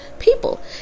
people